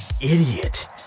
idiot